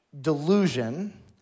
delusion